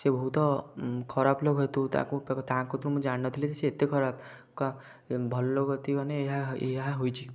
ସେ ବହୁତ ଖରାପ ଲୋକ ହେତୁ ତାକୁ ତାଙ୍କୁ ତ ମୁଁ ଜାଣି ନଥିଲି ସିଏ ଏତେ ଖରାପ ଭଲ ଲୋକ କତିକି ଗଲେ ଏହା ହୋଇଛି